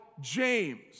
James